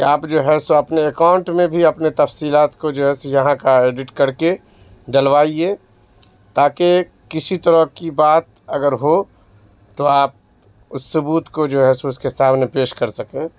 کہ آپ جو ہے سو اپنے اکاؤنٹ میں بھی اپنے تفصیلات کو جو ہے سو یہاں کا ایڈٹ کر کے ڈلوائیے تاکہ کسی طرح کی بات اگر ہو تو آپ اس ثبوت کو جو ہے سو اس کے سامنے پیش کر سکیں